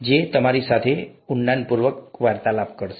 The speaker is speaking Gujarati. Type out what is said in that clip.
તેઓ તમારી સાથે ભારેઊંડાણપૂર્વક વાર્તાલાપ કરશે